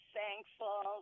thankful